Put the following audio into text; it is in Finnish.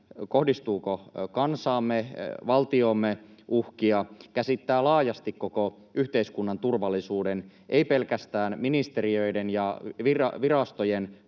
kohdistuuko kansaamme, valtioomme uhkia, käsittää laajasti koko yhteiskunnan turvallisuuden — ei pelkästään ministeriöiden ja virastojen